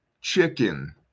chicken